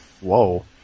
Whoa